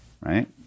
Right